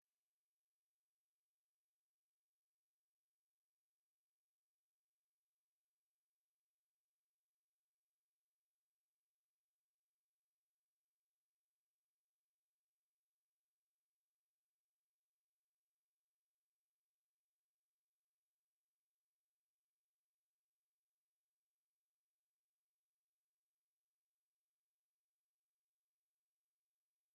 Ibikoresho byinshi twifashisha mu ngo ni byo usanga abarimu baba barashushanyije ku bikuta by'amashuri kugira ngo babikoreshe nk'imfashanyigisho basobanurira abanyeshuri uburyo bikoreshwamo ndetse n'akamaro bifitiye abantu. Iyo rero abana biga muri ubu buryo bituma bafata mu mutwe ibyo bize.